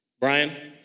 Brian